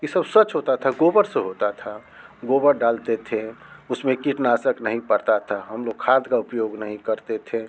ये सब स्वच्छ होता था गोबर से होता था गोबर डालते थे उस में कीटनाशक नहीं पड़ता था हम लोग खाद का उपयोग नहीं करते थे